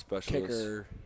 kicker